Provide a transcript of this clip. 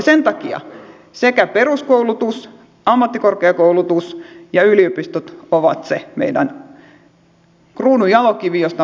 sen takia peruskoulutus ammattikorkeakoulutus ja yliopistot ovat se meidän kruununjalokivi josta on pidettävä kiinni